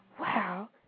Wow